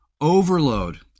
overload